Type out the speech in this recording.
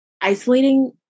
isolating